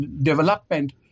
development